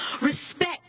respect